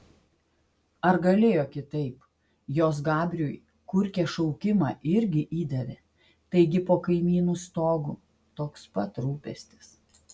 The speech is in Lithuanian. ar galėjo kitaip jos gabriui kurkė šaukimą irgi įdavė taigi po kaimynų stogu toks pat rūpestis